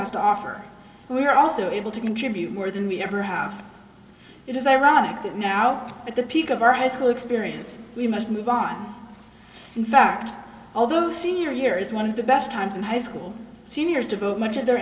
cost to offer we are also able to contribute more than we ever have it is ironic that now at the peak of our high school experience we must move on in fact although senior year is one of the best times in high school seniors devote much of their